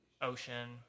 ocean